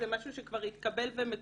זה משהו שכבר התקבל ומקובל.